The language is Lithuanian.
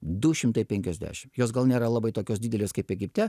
du šimtai penkiasdešimt jos gal nėra labai tokios didelės kaip egipte